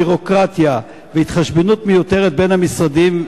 ביורוקרטיה והתחשבנות מיותרת בין המשרדים,